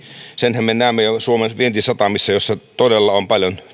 senhän me näemme jo suomen vientisatamissa joissa todella on paljon